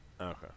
Okay